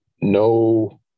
no